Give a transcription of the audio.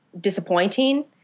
disappointing